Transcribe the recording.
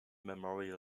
memorial